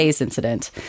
incident